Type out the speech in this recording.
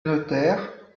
notaire